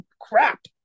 crap